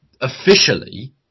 officially